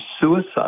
suicide